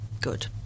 good